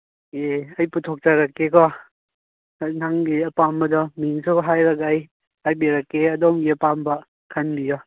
ꯑꯦ ꯑꯩ ꯄꯨꯊꯣꯛꯆꯔꯛꯀꯦꯀꯣ ꯅꯪꯒꯤ ꯑꯄꯥꯝꯕꯗꯣ ꯃꯤꯡꯗꯣ ꯍꯥꯏꯔꯒ ꯑꯩ ꯍꯥꯏꯕꯤꯔꯛꯀꯦ ꯑꯗꯣꯝꯒꯤ ꯑꯄꯥꯝꯕ ꯈꯟꯕꯤꯌꯣ